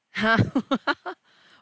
!huh!